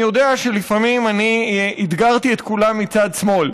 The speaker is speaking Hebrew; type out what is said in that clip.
אני יודע שלפעמים אני אתגרתי את כולם מצד שמאל,